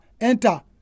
Enter